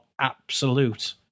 absolute